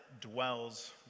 dwells